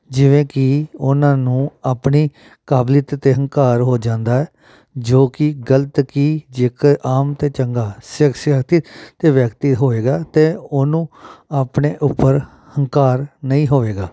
ਜਿਵੇਂ ਕਿ ਉਹਨਾਂ ਨੂੰ ਆਪਣੀ ਕਾਬਲੀਅਤ 'ਤੇ ਹੰਕਾਰ ਹੋ ਜਾਂਦਾ ਜੋ ਕਿ ਗਲਤ ਕਿ ਜੇਕਰ ਆਮ ਅਤੇ ਚੰਗਾ ਸਖਸ਼ੀਅਤ ਤੇ ਵਿਅਕਤੀ ਹੋਵੇਗਾ ਤਾਂ ਉਹਨੂੰ ਆਪਣੇ ਉੱਪਰ ਹੰਕਾਰ ਨਹੀਂ ਹੋਵੇਗਾ